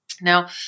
Now